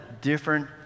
different